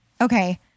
Okay